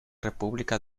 república